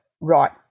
right